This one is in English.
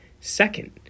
Second